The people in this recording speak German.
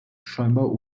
scheinbar